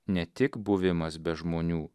ne tik buvimas be žmonių